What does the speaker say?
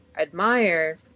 admire